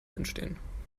entstehen